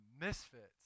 misfits